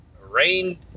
Rain